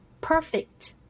Perfect